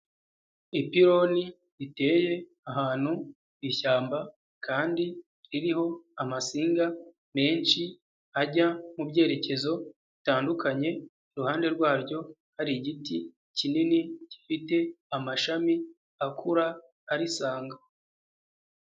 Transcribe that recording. Ipironi ri biteye ahantu ku ishyamba kandi ririho amasinga menshi ajya mu byerekezo bitandukanye, iruhande rwaryo hari igiti kinini gifite amashami akura arisanga.